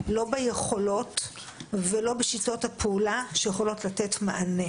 לא ביכולות ולא בשיטות הפעולה שיכולות לתת מענה